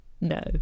No